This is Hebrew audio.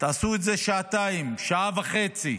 תעשו את זה שעתיים, שעה וחצי,